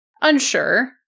Unsure